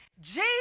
Jesus